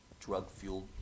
drug-fueled